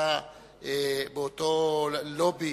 באותו לובי